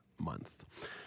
month